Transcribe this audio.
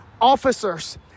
officers